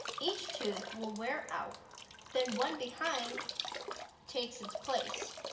each tooth will wear out then one behind takes its place.